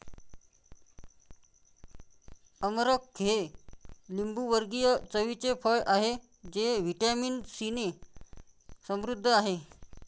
अमरख हे लिंबूवर्गीय चवीचे फळ आहे जे व्हिटॅमिन सीने समृद्ध आहे